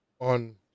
on